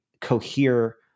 cohere